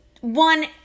one